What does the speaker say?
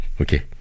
Okay